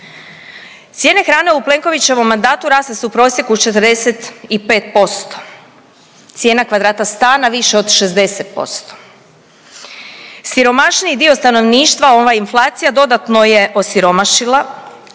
Cijene hrane u Plenkovićevom mandatu rasle su u prosjeku 45%, cijena kvadrata stana više od 60%, siromašniji dio stanovništva ova inflacija dodatno je osiromašila